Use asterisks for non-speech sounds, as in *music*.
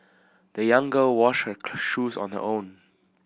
the young girl washed her *unintelligible* shoes on her own